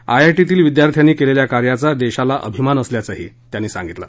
आयआयटीतील विद्यार्थ्यांनी केलेल्या कार्याचा देशाला अभिमान असल्याचंही त्यांनी सांगितलं